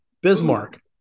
Bismarck